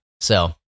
So-